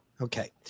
Okay